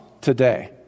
today